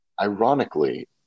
ironically